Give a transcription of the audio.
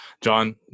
John